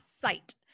site